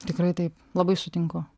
tikrai taip labai sutinku